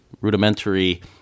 rudimentary